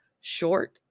short